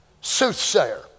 soothsayer